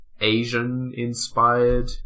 Asian-inspired